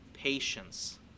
patience